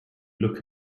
look